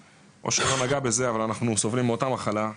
אושרי לא נגע בזה, אבל אנחנו סובלים מאותה מחלה.